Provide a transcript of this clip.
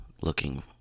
looking